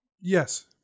Yes